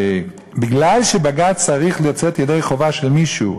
מכיוון שבג"ץ צריך לצאת ידי חובה של מישהו,